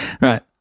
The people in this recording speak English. right